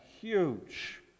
huge